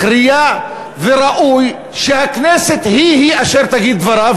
מכריע וראוי שהכנסת היא היא אשר תגיד את דברה,